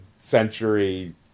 century